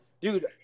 dude